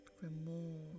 Remove